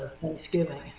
Thanksgiving